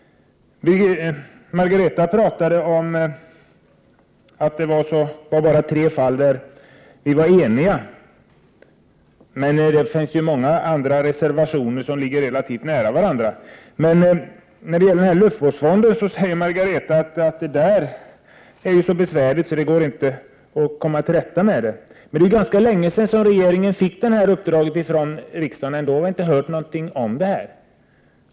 Margareta Winberg sade att det bara fanns tre fall där vi var eniga. Men det finns ju många andra reservationer som ligger relativt nära varandra. När det gäller luftvårdsfonden säger Margareta Winberg att detta arbete är så besvärligt att det inte går att komma till rätta med det. Det är nu ganska länge sedan regeringen fick detta uppdrag. Ändå har vi inte hört någonting om det.